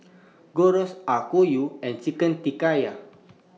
Gyros Okayu and Chicken